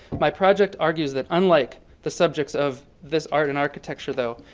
my project argues that unlike the subjects of this art and architecture though,